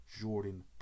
Jordan